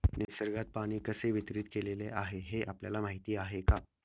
निसर्गात पाणी कसे वितरीत केलेले आहे हे आपल्याला माहिती आहे का?